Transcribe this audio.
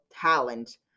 talent